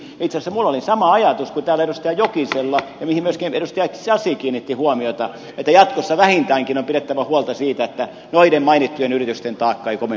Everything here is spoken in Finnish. itse asiassa minulla oli sama ajatus kuin täällä edustaja jokisella ja mihin myöskin edustaja sasi kiinnitti huomiota että jatkossa vähintäänkin on pidettävä huolta siitä että noiden mainittujen yritysten tai kolme